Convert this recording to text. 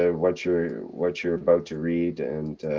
ah what you're. what you're about to read and.